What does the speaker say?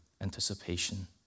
anticipation